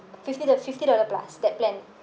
fifty d~ fifty dollar plus that plan